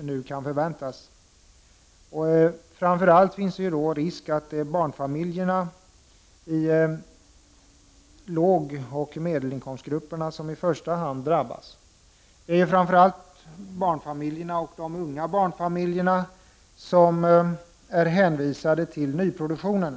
nu kan förväntas, i praktiken sänkta bidrag. Det finns i första hand en risk för att barnfamiljerna inom låginkomstoch medelinkomstgrupperna drabbas. Det är framför allt barnfamiljerna, och då de unga barnfamiljerna, som är hänvisade till nyproduktionen.